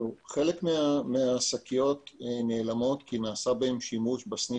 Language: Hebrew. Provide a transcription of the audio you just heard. חלק מן השקיות נעלמות כי נעשה בהן שימוש בתוך